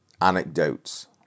anecdotes